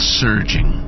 surging